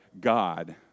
God